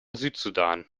südsudan